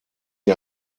sie